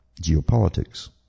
geopolitics